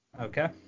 Okay